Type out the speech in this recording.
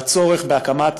על הצורך בהקמת